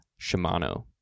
Shimano